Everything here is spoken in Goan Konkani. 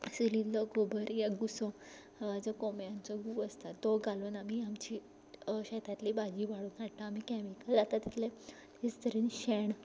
चुलींतलो गोबर या घुसो जो कोम्यांचो गू आसता तो घालून आमी आमची शेतांतली भाजी वाडोवन हाडटा आमी कॅमिकल आतां तितलें तेच तरेन शेण